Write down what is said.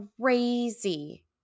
Crazy